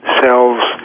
cells